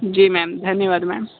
जी ma'am धन्यवाद ma'am